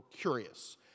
curious